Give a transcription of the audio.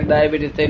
Diabetes